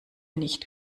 nicht